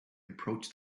approached